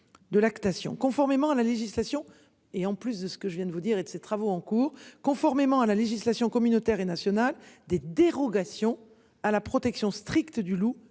De lactation, conformément à la législation et en plus de ce que je viens de vous dire et de ses travaux en cours. Conformément à la législation communautaire et national des dérogations à la protection stricte du loup